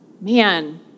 man